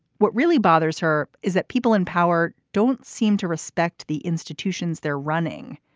what really bothers her is that people in power don't seem to respect the institutions they're running.